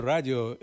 Radio